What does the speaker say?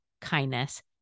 kindness